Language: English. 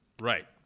Right